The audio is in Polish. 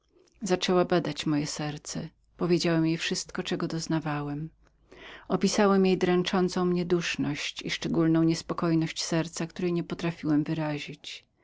zaczęła badać moje serce powiedziałem jej wszystko czego doznawałem opisałem jej ciągłe duszenie jakie mnie dręczyło i szczególną niespokojność serca której nie mogłem wyrazić